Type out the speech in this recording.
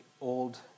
Old